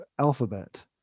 alphabet